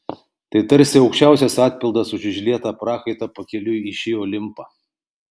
tai tarsi aukščiausias atpildas už išlietą prakaitą pakeliui į šį olimpą